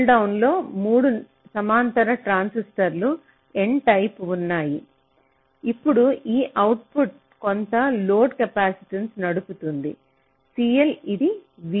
pull down లో 3 సమాంతర ట్రాన్సిస్టర్లు N టైప్ ఉన్నాయి ఇప్పుడు ఈ అవుట్పుట్ కొంత లోడ్ కెపాసిటెన్స్ నడుపుతుంది CL ఇది VDD